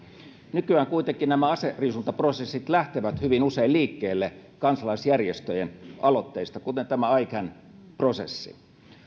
nykyään kuitenkin nämä aseriisuntaprosessit lähtevät hyvin usein liikkeelle kansalaisjärjestöjen aloitteista kuten tämä ican prosessi